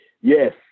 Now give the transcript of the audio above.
Yes